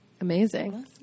amazing